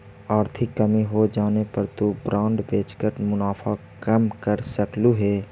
आर्थिक कमी होजाने पर तु बॉन्ड बेचकर मुनाफा कम कर सकलु हे